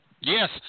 Yes